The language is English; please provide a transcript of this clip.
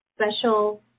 special